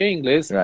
inglês